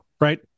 right